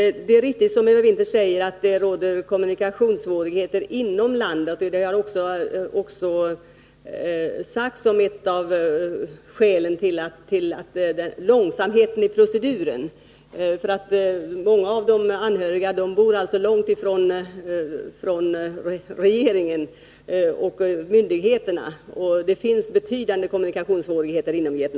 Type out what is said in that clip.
Det är riktigt, som Eva Winther säger, att det råder kommunikationssvårigheter inom Vietnam. Det har också sagts vara ett av skälen till långsamheten i proceduren. Många av de anhöriga bor ju långt från regeringen och myndigheterna. Det finns alltså betydande kommunikationssvårigheter inom landet.